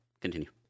Continue